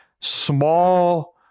small